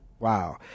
Wow